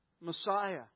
Messiah